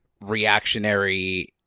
reactionary